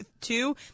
two